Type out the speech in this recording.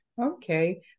Okay